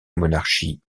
monarchie